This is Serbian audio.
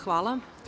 Hvala.